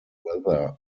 weather